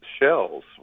shells